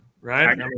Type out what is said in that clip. Right